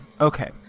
Okay